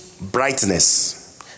brightness